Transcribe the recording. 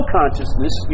consciousness